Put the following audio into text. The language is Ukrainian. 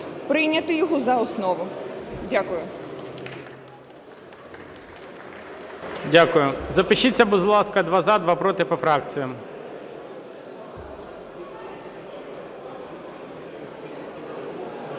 прийняти його за основу. Дякую.